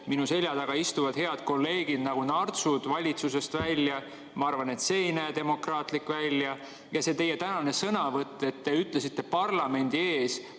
minu selja taga istuvad head kolleegid nagu nartsud valitsusest välja. Ma arvan, et see ei näe demokraatlik välja. See teie tänane sõnavõtt: te ütlesite parlamendi ees